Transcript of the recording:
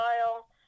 style